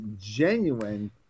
genuine